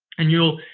and you'll.